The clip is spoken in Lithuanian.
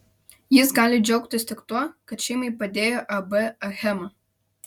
jis gali džiaugtis tik tuo kad šeimai padėjo ab achema